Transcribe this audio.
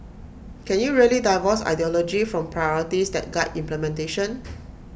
can you really divorce ideology from priorities that guide implementation